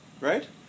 right